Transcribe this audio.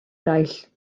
eraill